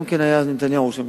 גם אז היה נתניהו ראש הממשלה.